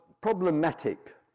problematic